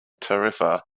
tarifa